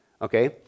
Okay